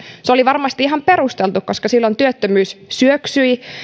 se oli varmasti ihan perusteltu koska silloin työttömyys syöksyi